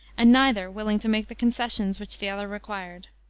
and neither willing to make the concessions which the other required.